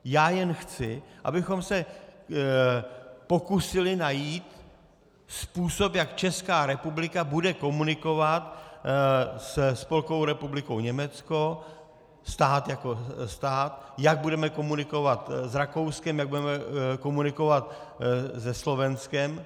Já jen chci, abychom se pokusili najít způsob, jak Česká republika bude komunikovat se Spolkovou republikou Německo jako stát, jak budeme komunikovat s Rakouskem, jak budeme komunikovat se Slovenskem.